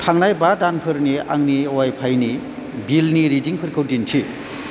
थांनाय बा दानफोरनि आंनि अवाइफाइनि बिलनि रिदिंफोरखौ दिन्थि